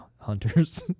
Hunters